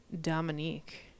Dominique